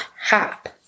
hop